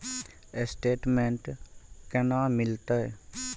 Statement केना मिलते?